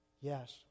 Yes